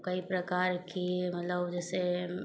कई प्रकार के मतलब जैसे